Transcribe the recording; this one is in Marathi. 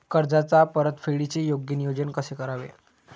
कर्जाच्या परतफेडीचे योग्य नियोजन कसे करावे?